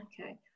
Okay